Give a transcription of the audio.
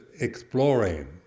exploring